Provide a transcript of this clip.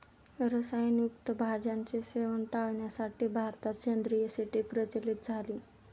रसायन युक्त भाज्यांचे सेवन टाळण्यासाठी भारतात सेंद्रिय शेती प्रचलित झाली